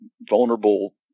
vulnerable